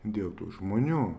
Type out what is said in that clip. dėl tų žmonių